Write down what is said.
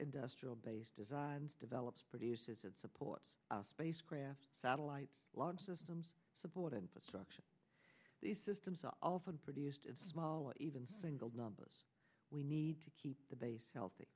industrial base designs develops produces and supports spacecraft satellites large systems support infrastructure these systems are often produced of small or even single numbers we need to keep the base healthy